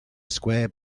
square